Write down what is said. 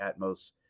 atmos